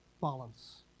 Balance